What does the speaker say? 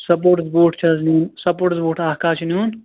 sports boot چھِ حظ نِیُن سَپورٹٕس بوٹھ اَکھ کَتھ چھُ نیُن